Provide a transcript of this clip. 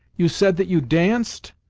you said that you danced?